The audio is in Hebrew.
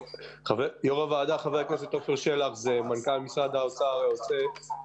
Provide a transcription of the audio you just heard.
אדוני היושב-ראש, כאן מנכ"ל משרד האוצר היוצא.